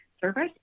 service